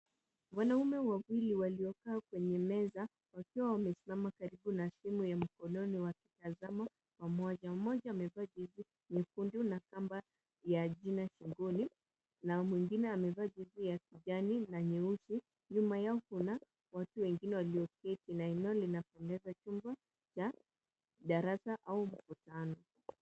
Wanaume wawili waliokaa kwenye meza wakiwa wamesimama karibu na simu ya mkononi wakitazama pamoja. Mmoja amevaa jezi nyekundu na kamba ya jina mgongoni na mwingine amevaa jezi ya kijani na nyeusi. Nyuma yao kuna watu wengine walioketi na eneo linapendeza. Chumba cha darasa au mkutano.